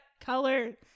color